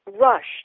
rushed